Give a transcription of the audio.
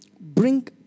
Bring